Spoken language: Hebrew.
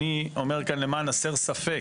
אני אומר כאן למען הסר ספק,